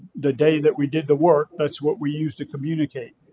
the day that we did the work, that's what we use to communicate.